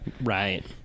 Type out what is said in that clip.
Right